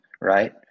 right